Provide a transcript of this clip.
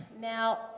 now